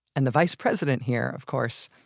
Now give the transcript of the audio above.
and the vice president here, of course,